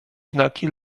znaki